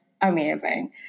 amazing